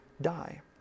die